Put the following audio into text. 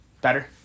Better